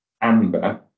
Amber